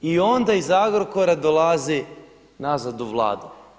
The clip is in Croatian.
I onda iz Agrokora dolazi nazad u Vladu.